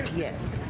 yes,